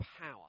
power